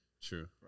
True